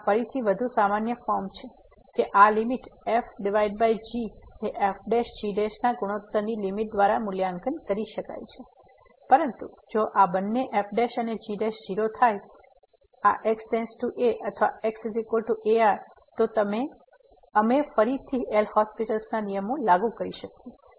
તેથી આ ફરીથી વધુ સામાન્ય ફોર્મ છે કે આ લીમીટ f g એ fg ના ગુણોત્તરની લીમીટ દ્વારા મૂલ્યાંકન કરી શકાય છે પરંતુ જો આ બંને f અને g ૦ થાય આ x→a અથવા xar તો અમે ફરીથી એલ'હોસ્પિટલL'Hospital's નો નિયમ લાગુ કરી શકીએ છીએ